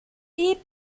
est